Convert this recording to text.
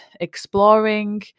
exploring